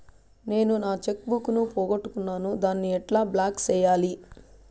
నేను నా cheque book ను పోగొట్టుకున్నాను దాన్ని ఎట్లా బ్లాక్ సేయాలి?